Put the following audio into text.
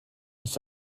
ist